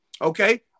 Okay